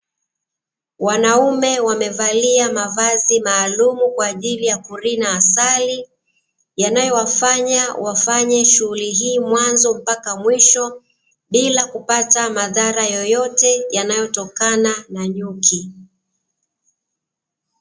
Wanaume wamevalia mavazi maalumu kwa ajili ya kurina asali, yanayowafanya wafanye shughuli hii mwanzo mpaka mwisho, bila kupata madhara yoyote yanayotokana na nyuki.